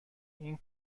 این